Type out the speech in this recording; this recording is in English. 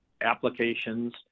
applications